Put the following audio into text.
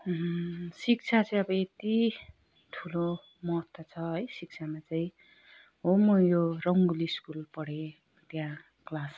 शिक्षा चाहिँ अब यति ठुलो महत्त्व छ है शिक्षामा चाहिँ हो म यो रङ्गोल स्कुल पढेँ त्यहाँ क्लास